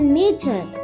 nature